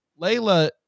Layla